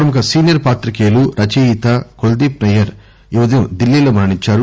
ప్రముఖ సీనియర్ పాతికేయులు రచయిత కుల్దీప్ నయ్యర్ ఈ ఉదయం ఢిల్లీలో మరణించారు